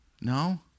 No